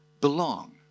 belong